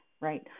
right